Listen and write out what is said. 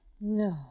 No